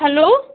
hello